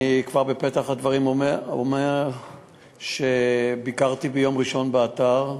כבר בפתח הדברים אני אומר שביקרתי ביום ראשון באתר,